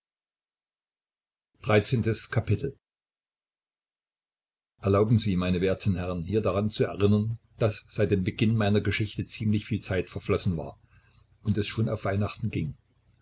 erlauben sie meine werten herren hier daran zu erinnern daß seit dem beginn meiner geschichte ziemlich viel zeit verflossen war und es schon auf weihnachten ging